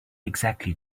exactly